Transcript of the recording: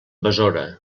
besora